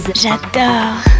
J'adore